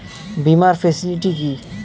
বীমার ফেসিলিটি কি?